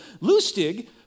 Lustig